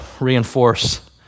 reinforce